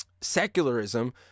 secularism